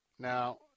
Now